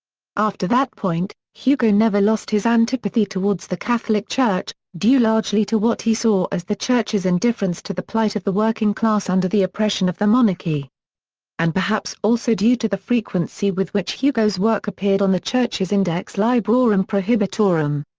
after that point, hugo never lost his antipathy towards the catholic church, due largely to what he saw as the church's indifference to the plight of the working class under the oppression of the monarchy and perhaps also due to the frequency with which hugo's work appeared on the church's index librorum prohibitorum.